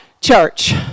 church